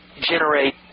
generate